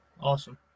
Awesome